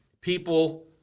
people